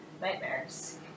nightmares